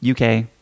UK